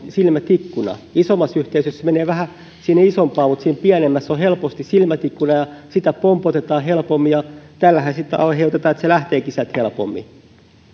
silmätikkuna isommassa yhteisössä menee vähän sinne isompaan mutta siinä pienemmässä on helposti silmätikkuna ja häntä pompotetaan helpommin ja tällähän sitten aiheutetaan että hän lähteekin sieltä helpommin